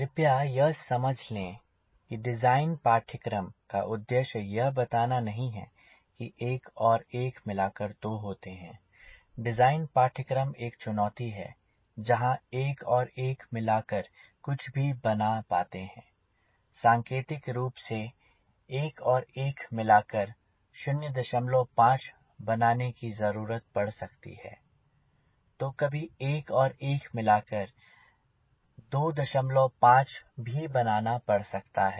कृपया यह समझ लें कि डिज़ाइन पाठ्यक्रम का उद्देश्य यह बताना नहीं है कि एक और एक मिलकर दो होते हैं डिज़ाइन पाठ्यक्रम एक चुनौती है जहाँ एक और एक मिलाकर कुछ भी बना पाते हैं सांकेतिक रूप से एक और एक मिलाकर 05 बनाने की जरूरत पड़ सकती है तो कभी एक और एक मिलाकर 25 भी बनाना पड़ सकता है